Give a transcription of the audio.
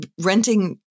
Renting